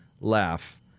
laugh